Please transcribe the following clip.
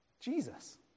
Jesus